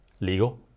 legal